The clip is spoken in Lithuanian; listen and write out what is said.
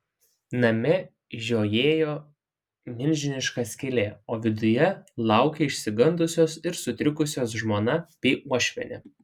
name žiojėjo milžiniška skylė o viduje laukė išsigandusios ir sutrikusios žmona bei uošvienė